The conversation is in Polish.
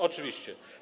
Oczywiście.